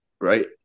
right